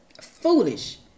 Foolish